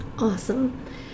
Awesome